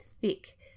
thick